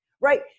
right